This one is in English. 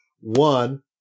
one